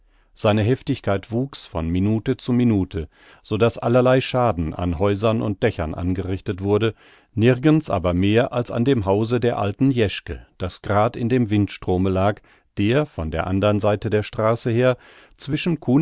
seine heftigkeit wuchs von minute zu minute so daß allerlei schaden an häusern und dächern angerichtet wurde nirgends aber mehr als an dem hause der alten jeschke das grad in dem windstrome lag der von der andern seite der straße her